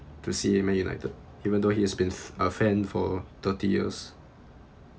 to see man united even though he has been a fan for thirty years